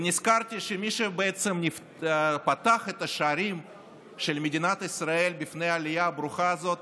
ונזכרתי שמי שפתח את השערים של מדינת ישראל בפני העלייה הברוכה הזאת